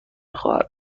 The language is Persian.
خواهد